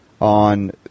on